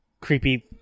creepy